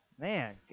Man